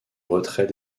retrait